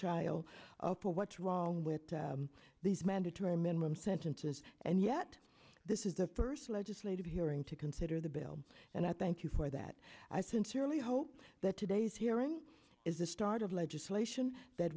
child for what's wrong with these mandatory minimum sentence and yet this is the first legislative hearing to consider the bill and i thank you for that i sincerely hope that today's hearing is the start of legislation that